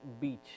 beach